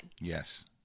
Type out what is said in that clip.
Yes